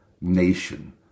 nation